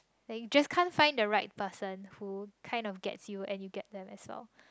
like you just can't find the right person who kind of gets you and you get them as well